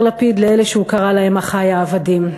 לפיד לאלה שהוא קרא להם אחי העבדים,